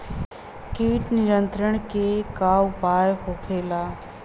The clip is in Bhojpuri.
कीट नियंत्रण के का उपाय होखेला?